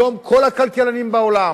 היום כל הכלכלנים בעולם